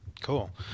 Cool